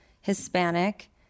Hispanic